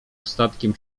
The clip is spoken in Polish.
ostatkiem